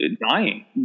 dying